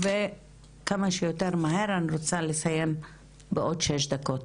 כמה שיותר מהר, אני רוצה לסיים בעוד שש דקות.